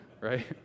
Right